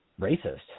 racist